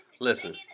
listen